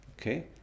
Okay